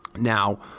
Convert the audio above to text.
Now